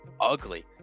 ugly